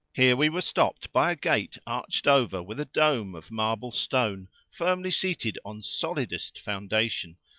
here we were stopped by a gate arched over with a dome of marble stone firmly seated on solidest foundation,